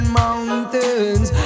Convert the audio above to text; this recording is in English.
mountains